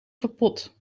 verpot